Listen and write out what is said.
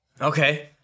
Okay